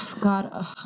God